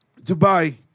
Dubai